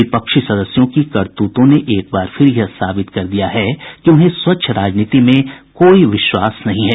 विपक्षी सदस्यों की करतूतों ने एक बार फिर यह साबित कर दिया है कि उन्हें स्वच्छ राजनीति में कोई विश्वास नहीं है